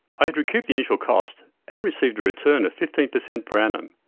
i had recouped the initial cost and received a return of fifteen per cent per annum.